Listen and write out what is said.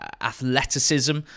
athleticism